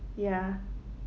ya